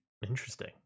interesting